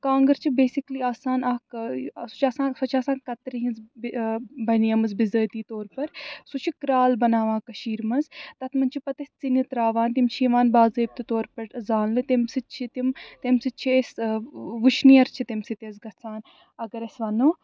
کانٛگٕر چھِ بیسٕکلی آسان اکھ سُہ چھِ سۄ چھےٚ آسان کترِ ہِنٛز بَنیمٕژ بِزٲتی طور سُہ چھُ کرٛال بَناوان کٔشیٖرِ منٛز تَتھ منٛز چھِ پَتہٕ أسۍ ژِنہِ ترٛاوان تِم چھِ یِوان باضٲبتہٕ طور پٮ۪ٹھ زالنہٕ تَمہِ سۭتۍ چھِ تِم تَمہِ سۭتۍ چھِ أسۍ وُشنیر چھِ تَمہِ سۭتۍ اَسہِ گژھان اَگر أسۍ وَنو